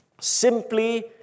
simply